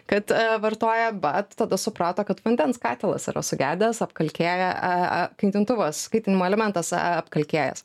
kad vartoja bet tada suprato kad vandens katilas yra sugedęs apkalkėja a a kaitintuvas kaitinimo elementas a apkalkėjęs